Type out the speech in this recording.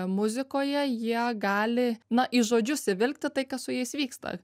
muzikoje jie gali na į žodžius įvilkti tai kas su jais vyksta